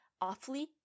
awfully